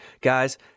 Guys